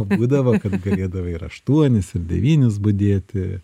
būdavo kad galėdavai ir aštuonis ir devynis budėti